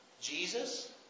Jesus